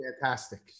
fantastic